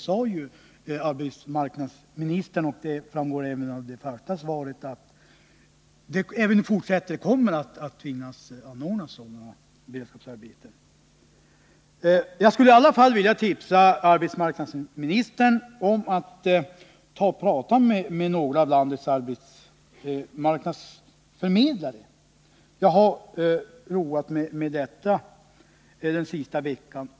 Visserligen sade arbetsmarknadsministern i sin replik, och det framgår även av interpellationssvaret, att det även i fortsättningen kommer att anordnas sådana beredskapsarbeten, men jag skulle i alla fall vilja tipsa arbetsmarknadsministern att prata med några av landets arbetsförmedlare. Jag har roat mig med att göra det den senaste veckan.